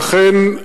ואכן,